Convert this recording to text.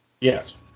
yes